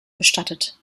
bestattet